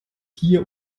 hier